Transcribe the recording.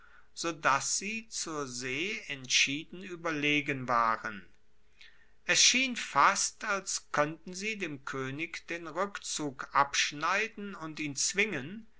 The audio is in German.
dass sie zur see entschieden ueberlegen waren es schien fast als koennten sie dem koenig den rueckzug abschneiden und ihn zwingen